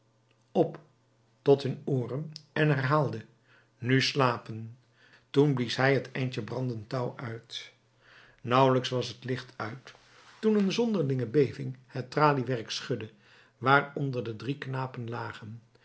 op tot hun ooren en herhaalde nu slapen toen blies hij het eindje brandend touw uit nauwelijks was het licht uit toen een zonderlinge beving het traliewerk schudde waaronder de drie knapen lagen